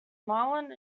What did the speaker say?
marlon